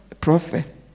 prophet